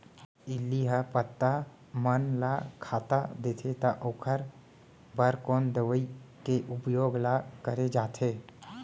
इल्ली ह पत्ता मन ला खाता देथे त ओखर बर कोन दवई के उपयोग ल करे जाथे?